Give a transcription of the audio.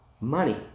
money